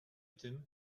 tym